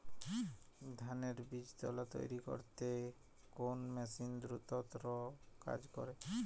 ধানের বীজতলা তৈরি করতে কোন মেশিন দ্রুততর কাজ করে?